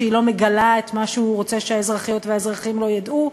שהיא לא מגלה את מה שהוא רוצה שהאזרחיות והאזרחים לא ידעו,